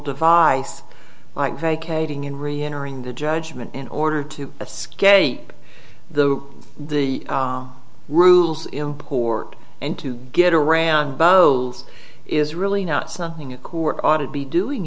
device like vacating in reentering the judgment in order to escape the the rules poor and to get around both is really not something a coup or ought to be doing